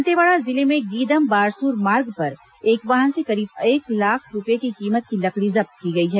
दंतेवाड़ा जिले में गीदम बारसूर मार्ग पर एक वाहन से करीब एक लाख रूपये की कीमत की लकड़ी जब्त की गई है